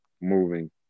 moving